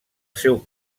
seu